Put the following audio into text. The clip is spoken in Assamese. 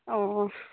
অঁ